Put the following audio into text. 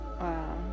Wow